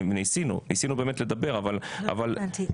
ניסינו באמת לדבר אבל -- לא הבנתי,